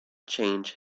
change